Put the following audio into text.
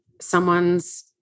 someone's